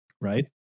Right